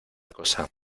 cosa